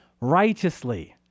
righteously